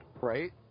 Right